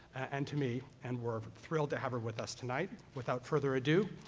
and to me, and we're thrilled to have her with us tonight. without further ado,